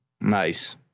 Nice